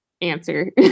answer